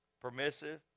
permissive